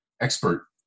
expert